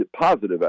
positive